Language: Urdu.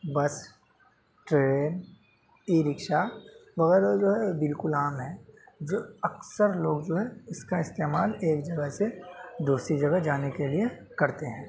بس ٹرین ای رکشہ وغیرہ جو ہے بالکل عام ہیں جو اکثر لوگ جو ہے اس کا استعمال ایک جگہ سے دوسری جگہ جانے کے لیے کرتے ہیں